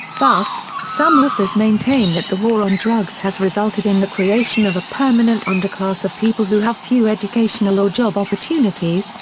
thus, some authors maintain that the war on drugs has resulted in the creation of a permanent underclass of people who have few educational or job opportunities,